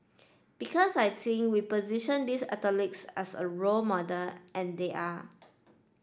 because I think we position these athletes as a role model and they are